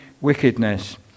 wickedness